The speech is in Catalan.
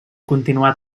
continuar